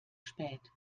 spät